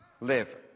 live